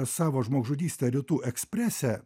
savo žmogžudystė rytų eksprese